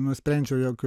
nusprendžiau jog